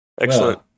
excellent